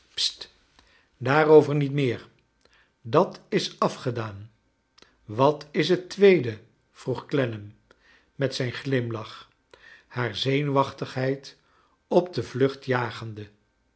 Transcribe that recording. daarover niet meer dat is afgedaan wat is het tweede vroeg clennam met zijn glimlaoh haar zenuwachtigheid op de vlucht jagende